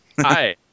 Hi